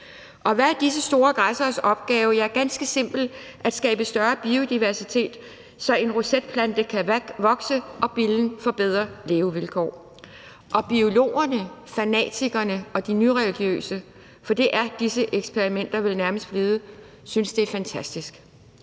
Hvad er disse store græsseres opgave? Det er ganske simpelt at skabe større biodiversitet, så en rosetplante kan vokse og billen få bedre levevilkår. Og biologerne, fanatikerne og de nyreligiøse, for det er de vel nærmest blevet, synes, de eksperimenter